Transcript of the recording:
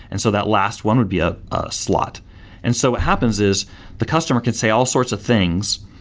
and so that last one would be a slot and so what happens is the customer can say all sorts of things,